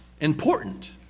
important